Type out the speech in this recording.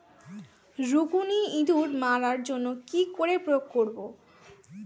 রুকুনি ইঁদুর মারার জন্য কি করে প্রয়োগ করব?